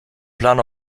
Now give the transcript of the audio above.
plan